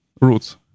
roots